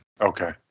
Okay